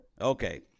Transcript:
Okay